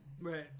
right